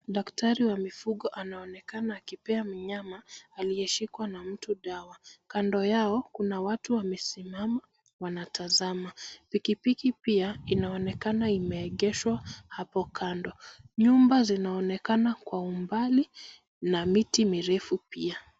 Daktari wa mifugo anaonekana akipea mnyama aliyeshikwa na mtu dawa. Kando yao kuna watu wamesimama wanatazama. Pikipiki pia inaonekana imeegeshwa hapo kando. Nyumba zinaonekana kwa umbali na miti mirefu pia.